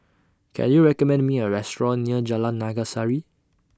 Can YOU recommend Me A Restaurant near Jalan Naga Sari